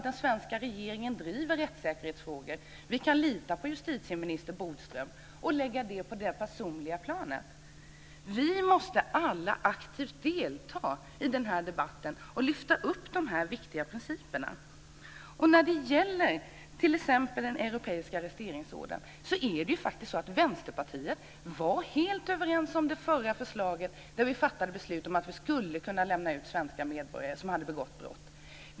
Den svenska regeringen driver rättssäkerhetsfrågor, och vi kan lita på justitieminister Bodström. Därmed skulle vi lägga det på det personliga planet. Vi måste alla aktivt delta i debatten och lyfta upp de viktiga principerna. När det gäller t.ex. den europeiska arresteringsorden var Vänsterpartiet helt överens om det förra förslaget när vi fattade beslut om att vi skulle kunna lämna ut svenska medborgare som hade begått brott.